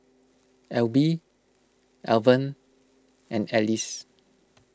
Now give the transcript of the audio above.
Elby Alvan and Alice